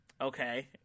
Okay